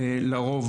לרוב,